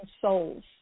souls